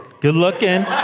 good-looking